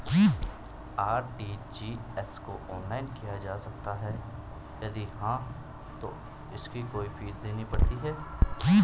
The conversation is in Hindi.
आर.टी.जी.एस को ऑनलाइन किया जा सकता है यदि हाँ तो इसकी कोई फीस देनी पड़ती है?